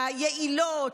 היעילות,